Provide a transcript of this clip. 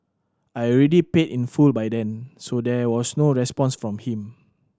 I already paid in full by then so there was no response from him